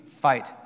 fight